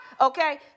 Okay